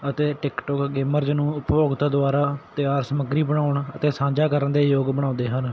ਅਤੇ TikTok gamers ਨੂੰ ਉਪਭੋਗਤਾ ਦੁਆਰਾ ਤਿਆਰ ਸਮੱਗਰੀ ਬਣਉਣ ਅਤੇ ਸਾਂਝਾ ਕਰਨ ਦੇ ਯੋਗ ਬਣਾਉਂਦੇ ਹਨ